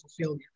failure